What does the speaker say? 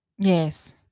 Yes